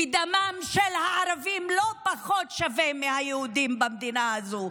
ודמם של הערבים לא פחות שווה משל היהודים במדינה הזו.